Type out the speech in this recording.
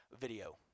video